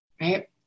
right